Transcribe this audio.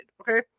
Okay